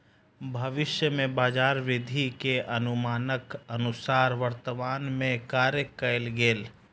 भविष्य में बजार वृद्धि के अनुमानक अनुसार वर्तमान में कार्य कएल गेल